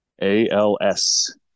ALS